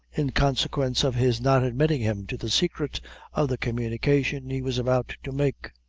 in consequence of his not admitting him to the secret of the communication he was about to make.